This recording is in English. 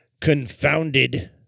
confounded